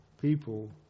people